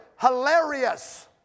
Hilarious